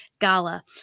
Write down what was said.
gala